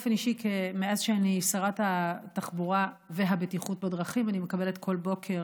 מאז שאני שרת התחבורה והבטיחות בדרכים אני מקבלת באופן אישי מדי בוקר,